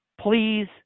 please